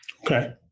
Okay